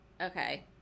Okay